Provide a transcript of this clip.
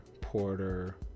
Porter